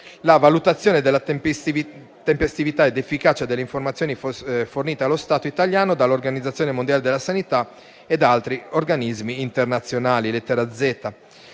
la valutazione della tempestività ed efficacia delle informazioni fornite allo Stato italiano dall'Organizzazione mondiale della sanità e da altri organismi internazionali